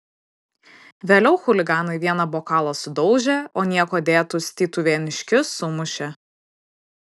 vėliau chuliganai vieną bokalą sudaužė o niekuo dėtus tytuvėniškius sumušė